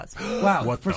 Wow